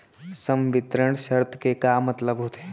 संवितरण शर्त के का मतलब होथे?